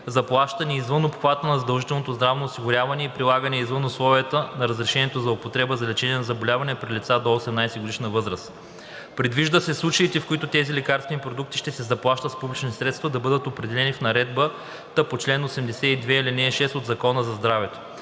заплащани извън обхвата на задължителното здравно осигуряване и прилагани извън условията на разрешението за употреба за лечение на заболявания при лица до 18-годишна възраст. Предвижда се случаите, в които тези лекарствени продукти ще се заплащат с публични средства, да бъдат определени в наредбата по чл. 82, ал. 6 от Закона за здравето.